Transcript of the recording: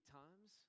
times